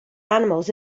animals